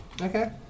Okay